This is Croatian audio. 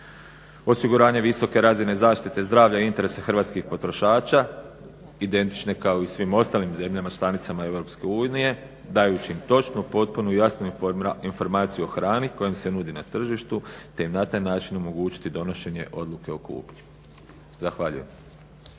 osiguranje visoke razine zaštite zdravlja i interesa hrvatskih potrošača identične kao i u svim ostalim zemljama članicama EU dajući im točnu, potpunu i jasnu informaciju o hrani koja im se nudi na tržištu te im na taj način omogućiti donošenje odluke o kupnji. Zahvaljujem.